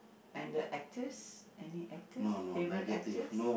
and the actors any actors favourite actors